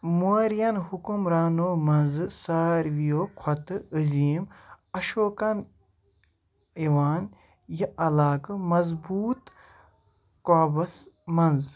موریَن حُکمرانو منٛزٕ ساروِیو کھۄتہٕ عظیٖم اَشوکن یِوان یہِ علاقہٕ مضبوٗط قابُوَس منز